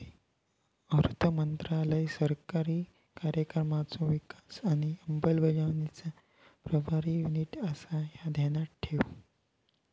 अर्थमंत्रालय सरकारी कार्यक्रमांचो विकास आणि अंमलबजावणीचा प्रभारी युनिट आसा, ह्या ध्यानात ठेव